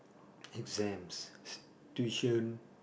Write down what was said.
exams tuition